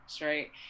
right